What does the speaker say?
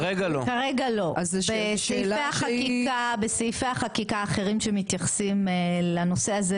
כרגע לא בסעיפי החקיקה האחרים שמתייחסים לנושא הזה,